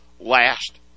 last